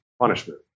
punishment